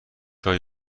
های